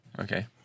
okay